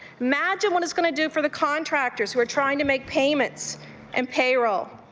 imagine what it's going to do for the contractors who are trying to make payments and payroll.